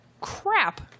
crap